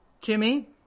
Jimmy